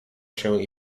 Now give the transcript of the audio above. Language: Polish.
się